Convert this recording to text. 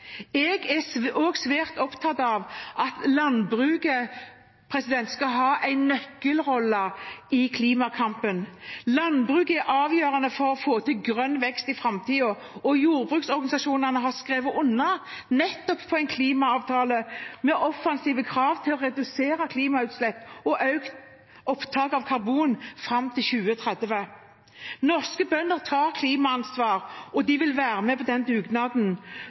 Jeg er også svært opptatt av at landbruket skal ha en nøkkelrolle i klimakampen. Landbruket er avgjørende for å få til grønn vekst i framtiden, og jordbruksorganisasjonene har skrevet under en klimaavtale med offensive krav for å redusere klimautslipp og få økt opptak av karbon fram til 2030. Norske bønder tar klimaansvar, og de vil være med på den dugnaden.